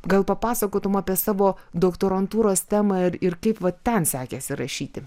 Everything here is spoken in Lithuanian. gal papasakotum apie savo doktorantūros temą ir ir kaip va ten sekėsi rašyti